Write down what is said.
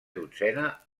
dotzena